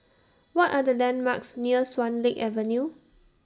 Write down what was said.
What Are The landmarks near Swan Lake Avenue